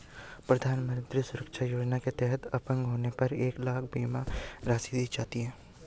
प्रधानमंत्री सुरक्षा योजना के तहत अपंग होने पर एक लाख बीमा राशि दी जाती है